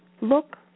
Look